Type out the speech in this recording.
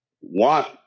want